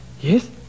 yes